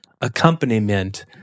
accompaniment